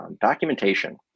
documentation